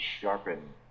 sharpen